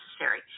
necessary